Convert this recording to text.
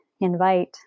invite